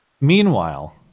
Meanwhile